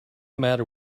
matter